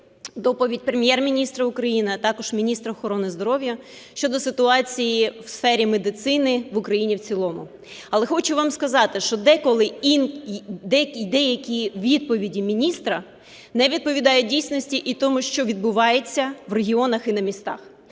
доповідь Прем’єр-міністра України, а також міністра охорони здоров'я, щодо ситуації в сфері медицини в Україні в цілому. Але хочу вам сказати, що деколи деякі відповіді міністра не відповідають дійсності і тому, що відбувається в регіонах і на місцях.